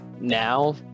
now